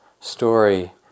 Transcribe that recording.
story